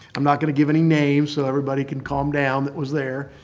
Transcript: i'm not going to give any names, so everybody can calm down that was there.